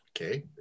Okay